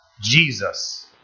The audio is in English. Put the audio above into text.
Jesus